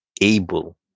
able